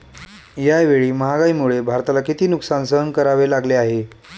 यावेळी महागाईमुळे भारताला किती नुकसान सहन करावे लागले आहे?